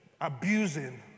abusing